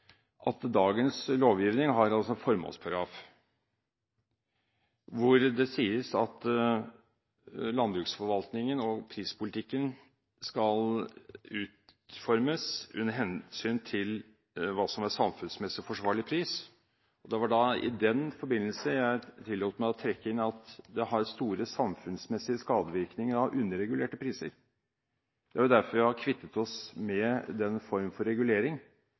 at dagens lovgivning har en formålsparagraf hvor det sies at landbruksforvaltningen og prispolitikken skal utformes av hensyn til hva som er samfunnsmessig forsvarlig pris. Det var i den forbindelse jeg tillot meg å trekke inn at det har store samfunnsmessige skadevirkninger i form av underregulerte priser. Det er derfor vi har kvittet oss med den form for regulering,